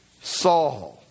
Saul